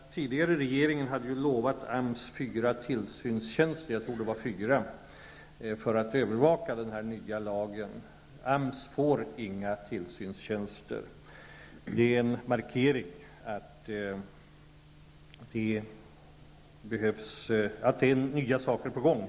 Den tidigare regeringen hade ju lovat AMS ett antal tillsynstjänster, jag tror att det var fyra, för att övervaka den här nya lagen. AMS får inga tillsynstjänster. Det är helt enkelt en markering av att det är nya saker på gång.